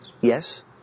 Yes